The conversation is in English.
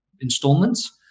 installments